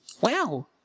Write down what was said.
Wow